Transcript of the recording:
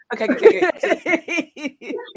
Okay